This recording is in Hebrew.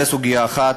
זו סוגיה אחת,